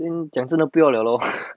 then 讲真的不要 liao lor